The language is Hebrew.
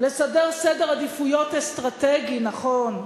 לסדר סדר עדיפויות אסטרטגי נכון,